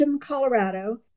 Colorado